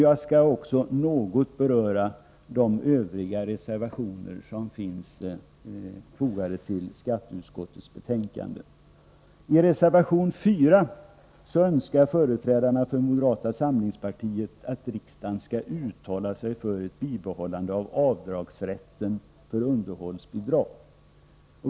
Jag skall därefter något beröra de övriga reservationer som finns fogade till skatteutskottets betänkande. I reservation 4 önskar företrädarna för moderata samlingspartiet att riksdagen skall uttala sig för ett bibehållande av avdragsrätten för underhållsbidrag.